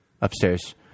Upstairs